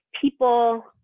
people